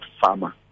farmer